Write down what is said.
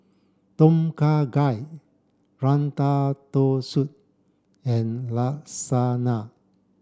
Tom Kha Gai Ratatouille and Lasagna